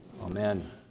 Amen